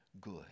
good